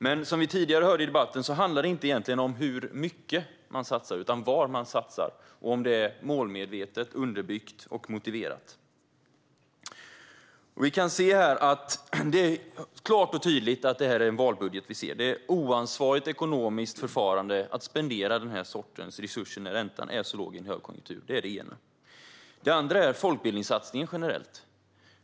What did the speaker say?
Men som vi hörde tidigare i debatten handlar det inte om hur mycket man satsar utan om var man satsar, om det är målmedvetet underbyggt och motiverat. Vi kan klart och tydligt se att det här är en valbudget. Det är oansvarigt ekonomiskt förfarande att spendera den sortens resurser när räntan är så låg i en högkonjunktur. Vidare handlar det om den generella folkbildningssatsningen.